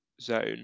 zone